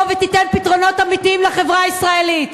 ותיתן פתרונות אמיתיים לחברה הישראלית.